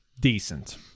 decent